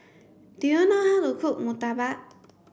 do you know how to cook Murtabak